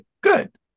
good